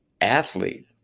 athlete